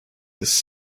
this